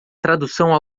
tradução